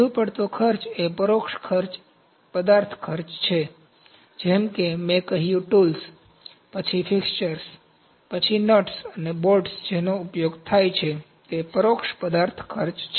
વધુ પડતો ખર્ચ એ પરોક્ષ પદાર્થ ખર્ચ છે જેમ કે મેં કહ્યું ટૂલ્સ પછી ફિક્સર પછી નટ્સ અને બોલ્ટ્સ જેનો ઉપયોગ થાય છે તે પરોક્ષ પદાર્થ ખર્ચ છે